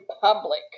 public